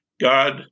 God